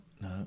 No